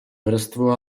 vrstvu